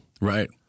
Right